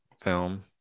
film